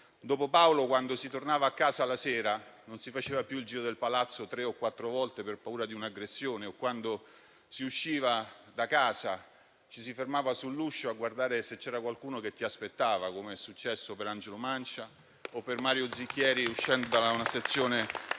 Dopo Paolo, quando si tornava a casa la sera, non si faceva più il giro del palazzo tre o quattro volte per paura di un'aggressione; quando si usciva da casa, non ci si fermava più sull'uscio a guardare se c'era qualcuno che aspettava, com'era successo ad Angelo Mancia o a Mario Zicchieri, uscendo da una sezione